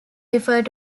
referred